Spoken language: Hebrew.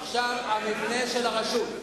עכשיו מבנה הרשות.